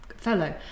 fellow